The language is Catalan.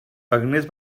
agnès